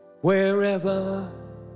wherever